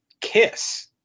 KISS